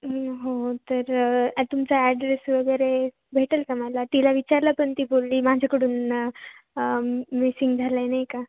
हो हो तर तुमचा ॲड्रेस वगैरे भेटेल का मला तिला विचारलं पण ती बोलली माझ्याकडून ना मिसिंग झालं नाही का